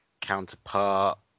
counterpart